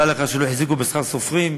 דע לך שלא החזיקו בשכר סופרים".